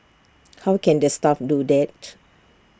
how can the staff do that